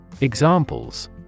Examples